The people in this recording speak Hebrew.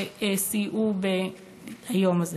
שסייעו ביום הזה.